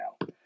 now